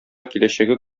киләчәге